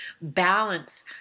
balance